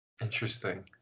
interesting